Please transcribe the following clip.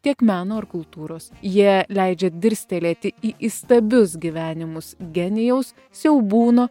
tiek meno ar kultūros jie leidžia dirstelėti į įstabius gyvenimus genijaus siaubūno